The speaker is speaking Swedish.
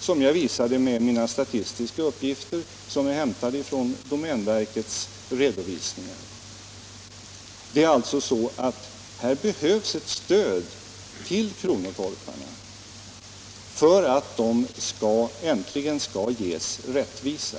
som jag visade med mina statistiska uppgifter vilka är hämtade från domänverkets redovisningar. Det behövs alltså ett stöd för att kronotorparna äntligen skall få rättvisa.